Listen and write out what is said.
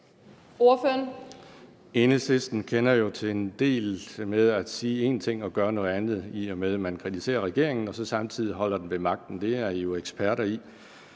(DF): Enhedslisten kender jo en del til det med at sige én ting og gøre noget andet, i og med at man kritiserer regeringen og samtidig holder den ved magten. Det er man jo eksperter i.